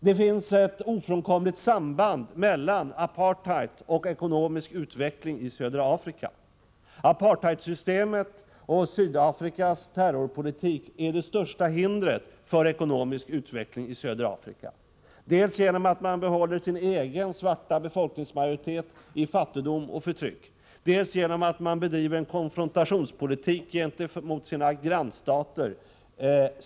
Det finns ett ofrånkomligt samband mellan apartheid och ekonomisk utveckling i södra Afrika. Apartheidsystemet och Sydafrikas terrorpolitik är det största hindret mot ekonomisk utveckling där. Dels sker det genom att man håller sin egen svarta befolkningsmajoritet i fattigdom och förtryck, dels sker det genom att man bedriver en konfrontationspolitik gentemot sina grannstater.